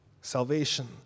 salvation